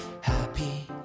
happy